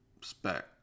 spec